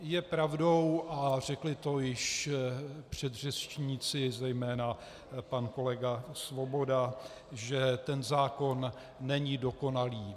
Je pravdou, a řekli to již předřečníci, zejména pan kolega Svoboda, že zákon není dokonalý.